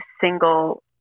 single